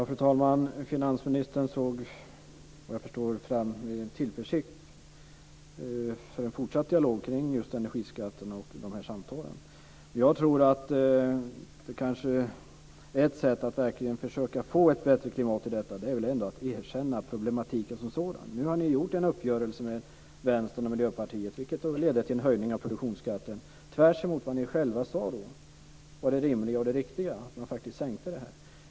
Fru talman! Finansministern ser, vad jag förstår, med tillförsikt fram emot en fortsatt dialog och samtal kring energiskatterna. Jag tror att ett sätt att verkligen försöka få ett bättre klimat är att erkänna problematiken som sådan. Nu har ni träffat en uppgörelse med Vänstern och Miljöpartiet, vilket ledde till en höjning av produktionsskatten, tvärtemot vad ni själva sade var det rimliga och riktiga, att faktiskt sänka den.